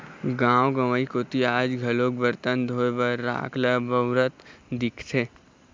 गाँव गंवई कोती आज घलोक बरतन धोए बर राख ल बउरत दिखथे